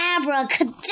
Abracadabra